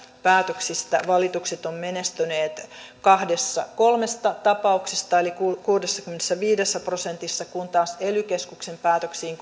päätöksistä valitukset ovat menestyneet kahdessa kolmesta tapauksesta eli kuudessakymmenessäviidessä prosentissa kun taas ely keskuksen päätöksiin